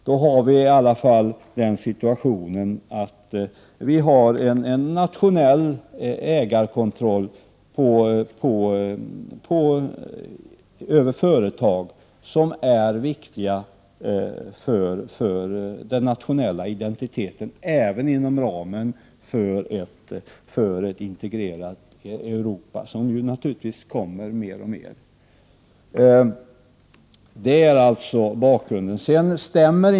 Då har man åtminstone en nationell ägarkontroll över företag som är viktiga för den nationella identiteten även inom ramen för ett integrerat Europa, vilket kommer mer och mer. Det är alltså bakgrunden.